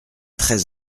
très